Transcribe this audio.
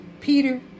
Peter